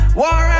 war